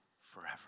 forever